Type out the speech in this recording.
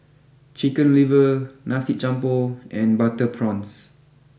Chicken liver Nasi Campur and Butter Prawns